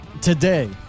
today